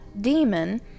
demon